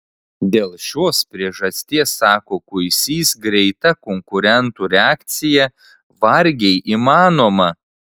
dėl šios priežasties sako kuisys greita konkurentų reakcija vargiai įmanoma